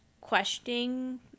questioning